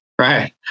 Right